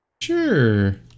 Sure